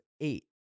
eight